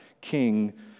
king